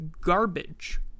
garbage